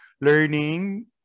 learning